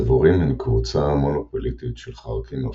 הדבורים הן קבוצה מונופילטית של חרקים מעופפים,